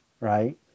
right